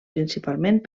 principalment